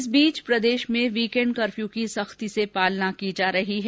इस बीच प्रदेश में वीकेण्ड कर्फ्यू की सख्ती से पालना की जा रही है